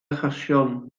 achosion